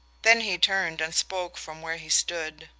then he turned and spoke from where he stood.